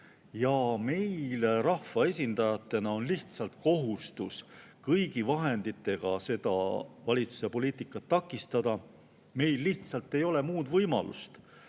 Meil rahvaesindajatena on lihtsalt kohustus kõigi vahenditega seda valitsuse poliitikat takistada. Meil lihtsalt ei ole muud võimalust,